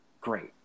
great